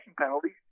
penalties